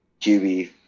QB